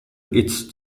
its